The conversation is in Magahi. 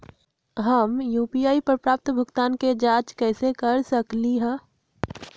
हम यू.पी.आई पर प्राप्त भुगतान के जाँच कैसे कर सकली ह?